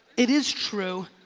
it is true